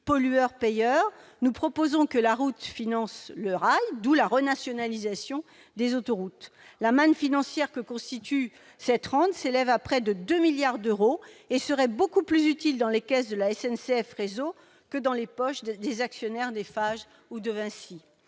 pollueur-payeur », nous proposons que la route finance le rail, d'où la renationalisation des autoroutes. La manne financière que constitue cette rente s'élève à près de 2 milliards d'euros et serait beaucoup plus utile dans les caisses de SNCF Réseau que dans les poches des actionnaires d'Eiffage ou de Vinci.